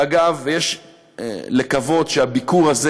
אגב יש לקוות שהביקור הזה